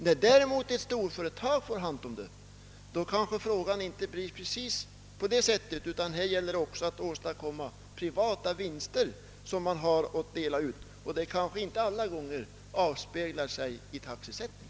När däremot ett storföretag får hand om verksamheten, blir det kanske inte precis fråga om samma sak, utan då gäller det att också åstadkomma privata vinster som kan delas ut, vilket kanske inte alla gånger avspeglar sig i taxesättningen.